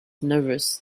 nervous